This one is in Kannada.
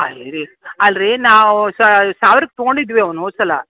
ಅಲ್ಲ ರೀ ಅಲ್ಲ ರೀ ನಾವು ಸಾವಿರಕ್ಕೆ ತಗೊಂಡಿದ್ವಿ ಅವನ್ನು ಹೋದ ಸಲ